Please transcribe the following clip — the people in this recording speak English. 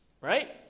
right